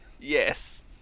Yes